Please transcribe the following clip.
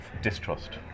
Distrust